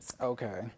Okay